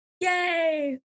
Yay